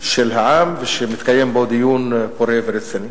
של העם ושמתקיים בו דיון פורה ורציני.